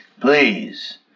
please